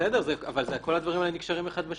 כל הדברים האלה נקשרים זה בזה.